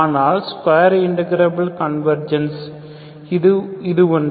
ஆனால் square integrable convergence அது ஒன்று